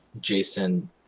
Jason